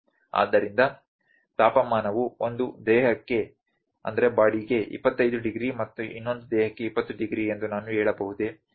ಆದ್ದರಿಂದ ತಾಪಮಾನವು ಒಂದು ದೇಹಕ್ಕೆ 25 ಡಿಗ್ರಿ ಮತ್ತು ಇನ್ನೊಂದು ದೇಹಕ್ಕೆ 20 ಡಿಗ್ರಿ ಎಂದು ನಾನು ಹೇಳಬಹುದೇ